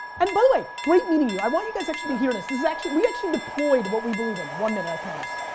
and by the way, great meeting you. i want you guys to actually hear this. this is actually, we actually deployed what we believe in. one minute, i promise.